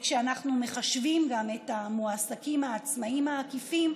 וכשאנחנו מחשבים גם את המועסקים העצמאים העקיפים,